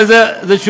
אבל זה המחיר.